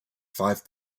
five